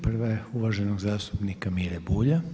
Prva je uvaženog zastupnika Mire Bulja.